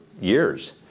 years